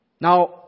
Now